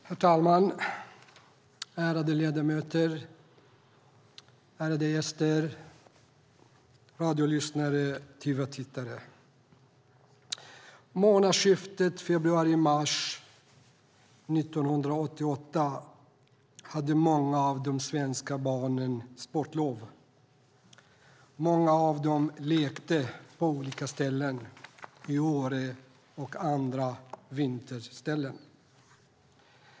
Herr talman! Ärade ledamöter, ärade gäster, radiolyssnare och tv-tittare! I månadsskiftet februari/mars 1988 hade många av de svenska barnen sportlov. Många av dem lekte i Åre och på andra vinterställen.